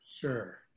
Sure